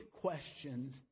questions